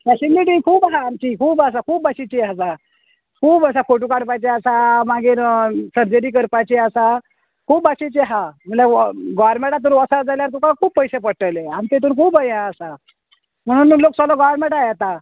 facility खूब आहा आमची खूब आसा खूब भाशेची आसा खूब आसा फोटो काडपाचे आसा मागीर सर्जरी करपाची आसा खूब भाशेची आहा म्हणल्यार गोव्हर्मेंटा थ्रू वोसोत जाल्यार तुका खूब पोयशे पोडटेले आमचेतून खूब हे आसा म्हणून लोक सोगलो गोव्हर्मेंटान येता